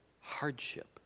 hardship